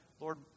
Lord